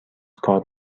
کار